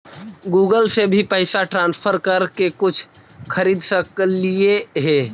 Google से भी पैसा ट्रांसफर कर के कुछ खरिद सकलिऐ हे?